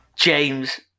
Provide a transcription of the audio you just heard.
James